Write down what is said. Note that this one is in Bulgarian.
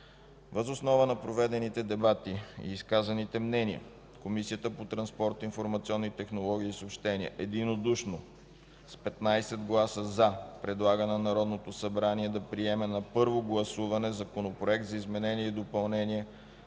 Въз основа на проведените дебати и изказаните мнения, Комисията по транспорт, информационни технологии и съобщения, единодушно с 15 гласа „за” предлага на Народното събрание да приеме на първо гласуване Законопроект за изменение и допълнение